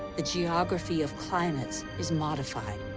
the geography of climates is modified.